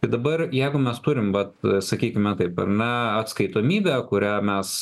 ir dabar jeigu mes turim vat sakykime taip ar ne atskaitomybę kurią mes